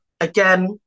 Again